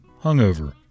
hungover